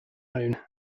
own